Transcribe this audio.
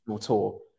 ...tour